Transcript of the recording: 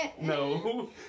No